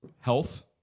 health